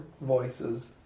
voices